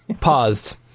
paused